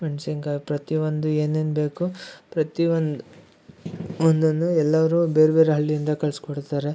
ಮೆಣಸಿನಕಾಯಿ ಪ್ರತಿಯೊಂದು ಏನೇನು ಬೇಕು ಪ್ರತಿಯೊಂದು ಒಂದೊಂದು ಎಲ್ಲಾರು ಬೇರ್ಬೆರೆ ಹಳ್ಳಿಯಿಂದ ಕಳ್ಸ್ಕೊಡ್ತಾರೆ